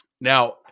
Now